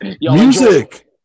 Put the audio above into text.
Music